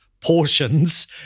portions